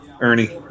Ernie